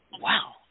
Wow